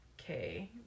okay